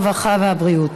הרווחה והבריאות